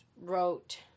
wrote